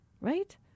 Right